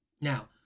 Now